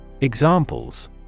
Examples